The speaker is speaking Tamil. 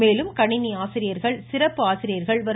மேலும் கணினி ஆசிரியர்கள் சிறப்பு ஆசிரியர்கள் வரும்